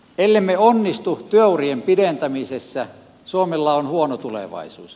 ellemme onnistu työurien pidentämisessä suomella on huono tulevaisuus